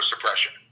suppression